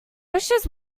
wishes